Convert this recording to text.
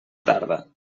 tarda